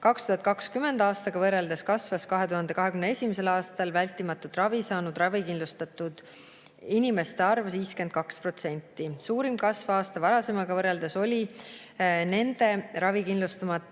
2020. aastaga võrreldes kasvas 2021. aastal vältimatut ravi saanud ravikindlustatud inimeste arv 52%. Suurim kasv aasta varasemaga võrreldes oli nende ravikindlustamata